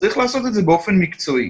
צריך לעשות את זה באופן מקצועי.